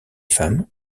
femmes